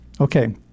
Okay